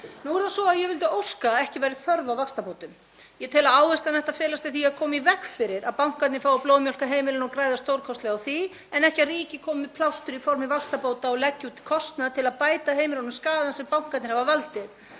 þá til atkvæða. Ég vildi óska að ekki væri þörf á vaxtabótum. Ég tel að áherslan ætti að felast í því að koma í veg fyrir að bankarnir fái að blóðmjólka heimilin og græða stórkostlega á því en ekki að ríkið komi með plástur í formi vaxtabóta og leggi út kostnað til að bæta heimilunum skaðann sem bankarnir hafa valdið.